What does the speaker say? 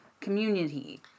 community